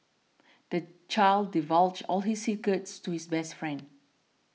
the child divulged all his secrets to his best friend